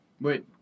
Wait